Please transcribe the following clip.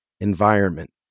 environment